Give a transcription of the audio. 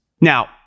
Now